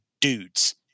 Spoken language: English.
dudes